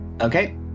Okay